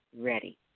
ready